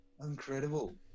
Incredible